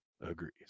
agrees